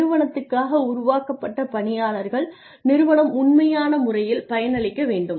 நிறுவனத்துக்காக உருவாக்கப்பட்ட பணியாளர்கள் நிறுவனம் உண்மையான முறையில் பயன் அளிக்க வேண்டும்